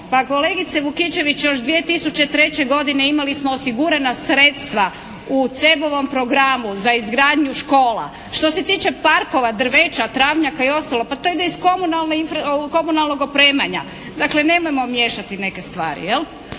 pa kolegice Vukičević još 2003. godine imali smo osigurana sredstva u CEB-ovom programu za izgradnju škola. Što se tiče parkova, drveća, travnjaka i ostalo, pa to ide iz komunalnog opremanja. Dakle, nemojmo miješati neke stvari jel'.